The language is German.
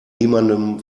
niemandem